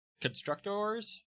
Constructors